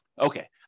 Okay